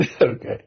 Okay